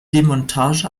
demontage